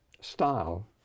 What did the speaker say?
style